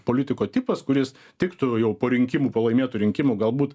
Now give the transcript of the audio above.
politiko tipas kuris tiktų jau po rinkimų po laimėtų rinkimų galbūt